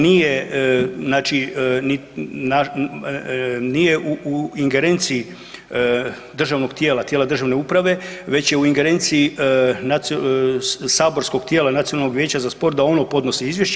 Nije znači, nije u ingerenciji državnog tijela, tijela državne uprave već je u ingerenciji saborskog tijela Nacionalnog vijeća za sport da ono podnosi izvješće.